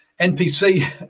NPC